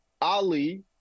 Ali